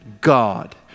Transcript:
God